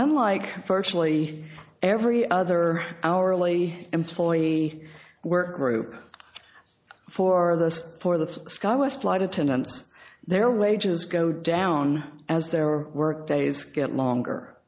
i'm like virtually every other hourly employee were group for this for the sky west flight attendants their wages go down as their work days get longer